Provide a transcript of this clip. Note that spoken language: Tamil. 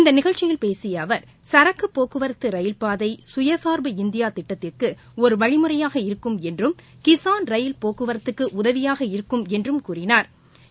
இந்த நிகழ்ச்சியில் பேசிய அவா் சரக்கு போக்குவரத்து ரயில்பாதை சுயசா்பு இந்தியா திட்டத்திற்கு ஒரு வழிமுறையாக இருக்கும் என்றும் கிசான் ரயில் போக்குவர்ததுக்கு உதவியாக இருக்கும் என்றும் கூறினாா்